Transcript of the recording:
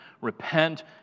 repent